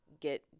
get